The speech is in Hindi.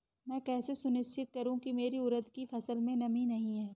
मैं कैसे सुनिश्चित करूँ की मेरी उड़द की फसल में नमी नहीं है?